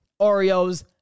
Oreos